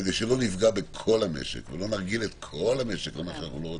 כדי שלא נפגע בכל המשק ולא נרגיל את כל המשק למה שאנחנו לא רוצים,